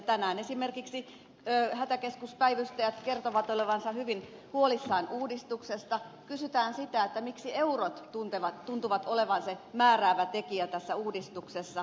tänään esimerkiksi hätäkeskuspäivystäjät kertovat olevansa hyvin huolissaan uudistuksesta kysytään sitä miksi eurot tuntuvat olevan se määräävä tekijä tässä uudistuksessa